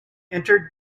entered